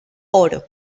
oro